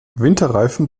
winterreifen